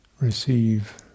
receive